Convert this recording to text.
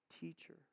teacher